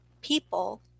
people